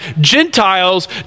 Gentiles